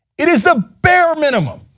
it is the bare minimum.